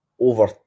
over